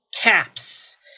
caps